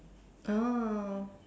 oh